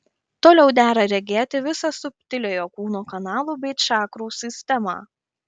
toliau dera regėti visą subtiliojo kūno kanalų bei čakrų sistemą